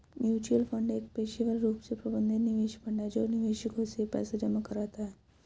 mutual fund एक पेशेवर रूप से प्रबंधित निवेश फंड है जो निवेशकों से पैसा जमा कराता है